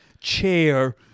Chair